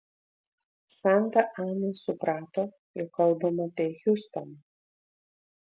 santa ana suprato jog kalbama apie hiustoną